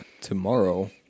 tomorrow